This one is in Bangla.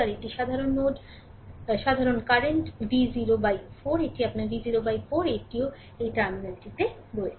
আর একটি কারেন্ট v 04 এটি আপনার v 04 এটিও এই টার্মিনালটিতে বাস করছে